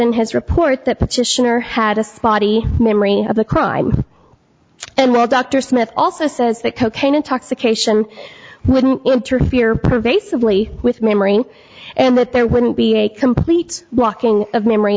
in his report that petitioner had a spotty memory of the crime and while dr smith also says that cocaine intoxication wouldn't interfere pervasively with memory and that there wouldn't be a complete walking of memory